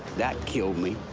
that killed me.